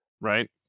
Right